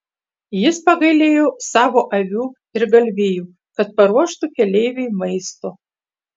jis pagailėjo savo avių ir galvijų kad paruoštų keleiviui maisto